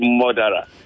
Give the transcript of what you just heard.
murderer